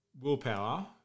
Willpower